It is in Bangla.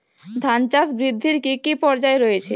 ধান চাষ বৃদ্ধির কী কী পর্যায় রয়েছে?